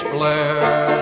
Blair